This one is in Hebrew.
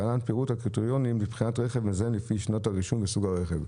להלן פירוט הקריטריונים מבחינת רכב מזהם לפי שנת הרישום וסוג הרכב.